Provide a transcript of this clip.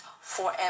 forever